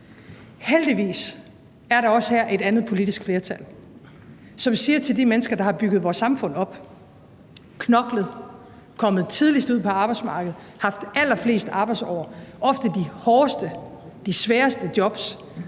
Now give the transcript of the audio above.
Heldigvis er der også her et andet politisk flertal, som siger til de mennesker, der har bygget vores samfund op, knoklet, er kommet tidligst ud på arbejdsmarkedet, har haft allerflest arbejdsår og ofte de hårdeste, sværeste jobs,